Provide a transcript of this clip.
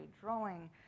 drawing